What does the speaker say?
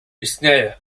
istnieję